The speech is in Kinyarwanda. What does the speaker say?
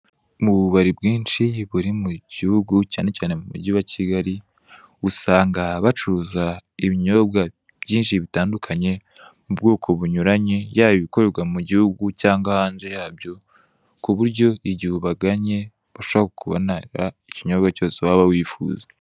Mu bubari bwinshi buri mu gihugu, cyane cyane mu mugi wa Kigali, usanga bacuruza ibinyobwa byinshi bitandukanye, mu bwoko bunyuranye, yaba ibikorerwa mu guhugu cyangwa hanze yabyo, ku buryo igihe ubagannye bashobora kukubonera ikinyobwa cyose waba wifuza.